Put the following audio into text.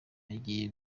agiye